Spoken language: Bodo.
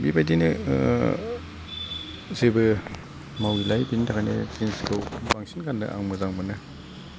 बेबायदिनो जेबो मावैलाय बेनि थाखायनो जिन्सखौ बांसिन गाननो आं मोजां मोनो